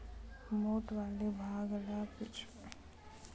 मोठ वाले भाग ल पाछू कोती रखे के टेंड़ा म डोल्ची ल असानी ले ऊपर कोती खिंचय